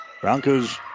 Broncos